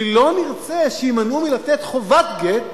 כי לא נרצה שיימנעו מלתת חובת גט,